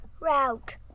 Route